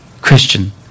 Christian